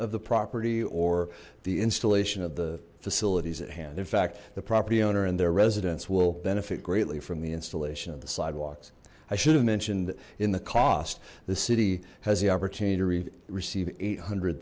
of the property or the installation of the facilities at hand in fact the property owner and their residents will benefit greatly from the installation of the sidewalks i should have mentioned in the cost the city has the opportunity to receive eight hundred